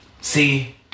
See